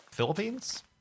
Philippines